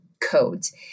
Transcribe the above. codes